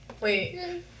Wait